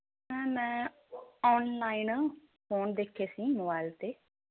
ma'am ਮੈਂ online phone ਦੇਖੇ ਸੀ ਮੋਬਾਇਲ 'ਤੇ